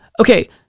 okay